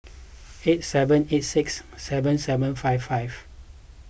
eight seven eight six seven seven five five